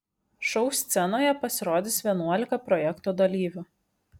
šou scenoje pasirodys vienuolika projekto dalyvių